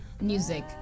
music